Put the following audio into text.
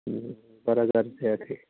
बारा गोबाव थायाखै